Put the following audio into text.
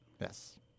Yes